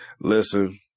Listen